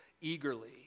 eagerly